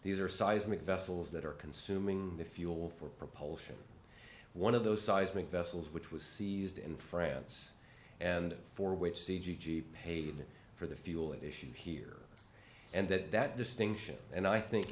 these are seismic vessels that are consuming the fuel for propulsion one of those seismic vessels which was seized in france and for which c g g paid for the fuel issue here and that that distinction and i think